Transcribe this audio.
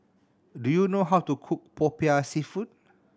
do you know how to cook Popiah Seafood